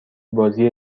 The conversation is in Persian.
بازی